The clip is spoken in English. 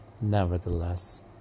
Nevertheless